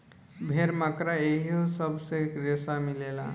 भेड़, मकड़ा इहो सब से रेसा मिलेला